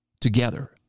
together